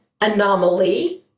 anomaly